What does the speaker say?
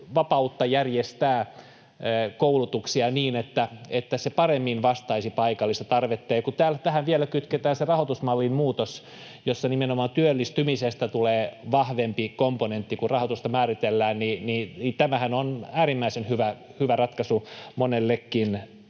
vapautta järjestää koulutuksia niin, että se paremmin vastaisi paikallista tarvetta. Ja kun tähän vielä kytketään se rahoitusmallin muutos, jossa nimenomaan työllistymisestä tulee vahvempi komponentti, kun rahoitusta määritellään, niin tämähän on äärimmäisen hyvä ratkaisu monellekin